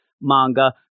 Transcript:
manga